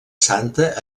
santa